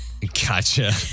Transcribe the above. gotcha